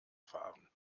fahren